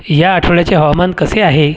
ह्या आठवड्याचे हवामान कसे आहे